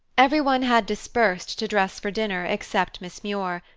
everyone had dispersed to dress for dinner except miss muir,